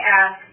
ask